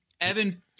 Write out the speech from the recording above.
Evan